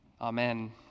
Amen